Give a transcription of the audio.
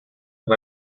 and